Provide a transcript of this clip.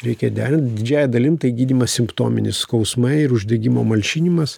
reikia derint didžiąja dalim tai gydymas simptominis skausmai ir uždegimo malšinimas